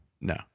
No